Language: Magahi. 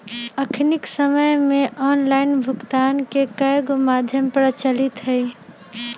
अखनिक समय में ऑनलाइन भुगतान के कयगो माध्यम प्रचलित हइ